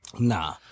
Nah